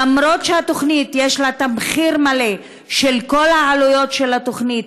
למרות שיש תמחור מלא של כל העלויות של התוכנית,